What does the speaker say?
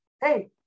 hey